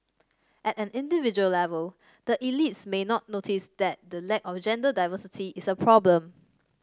at an individual level the elites may not notice that the lack of gender diversity is a problem